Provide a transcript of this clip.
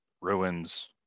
ruins